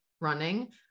running